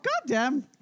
Goddamn